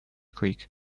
creek